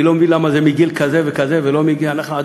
אני לא מבין למה זה מגיל כזה וכזה ולא מגיעה הנחה.